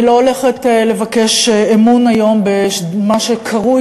אני לא הולכת לבקש אמון היום במה שקרוי